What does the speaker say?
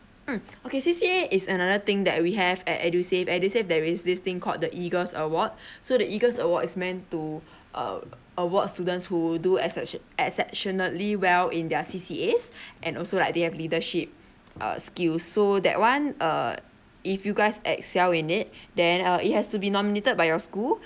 mm okay C_C_A is another thing that we have at edusave edusave there is this thing called the eagles award so the eagles award is meant to uh awards students who do exception exceptionally well in their C_C_A and also like their leadership err skills so that one uh if you guys excel in it then uh it has to be nominated by your school